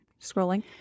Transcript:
scrolling